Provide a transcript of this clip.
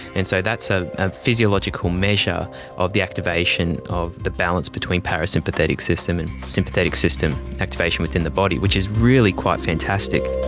and so that's a ah physiological measure of the activation of the balance between parasympathetic system and sympathetic system activation within the body, which is really quite fantastic.